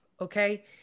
okay